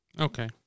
okay